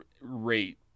rate